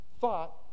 thought